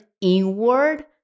inward